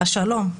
השלום,